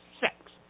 sex